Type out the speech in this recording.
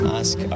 ask